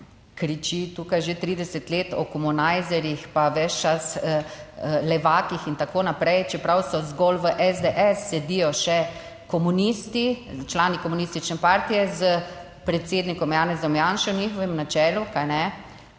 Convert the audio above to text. kriči tukaj že 30 let o komunajzerjih, pa ves čas levakih in tako naprej, čeprav so zgolj v SDS, sedijo še komunisti, člani komunistične partije s predsednikom Janezom Janšo in njihovim na čelu, kajne,